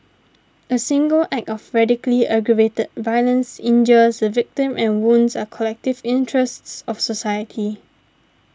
a single act of racially aggravated violence injures the victim and wounds are collective interests of society